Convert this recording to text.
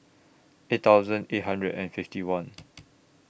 eight thousand eight hundred and fifty one